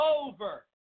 over